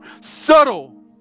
subtle